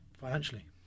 financially